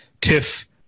TIFF